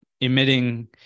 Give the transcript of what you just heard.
emitting